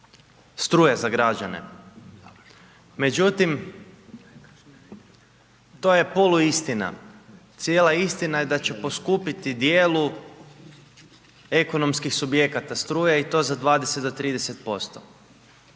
struja za građane. Međutim, to je polu istina, cijela istina je da će poskupiti u dijelu ekonomskih subjekata struja i to za 20 do 30%.